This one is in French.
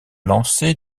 lancé